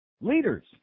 leaders